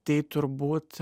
tai turbūt